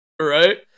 Right